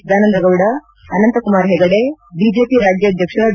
Sadananda Gowda Ananthkumar Hegde BJP ರಾಜ್ಯಾಧ್ವಕ್ಷ B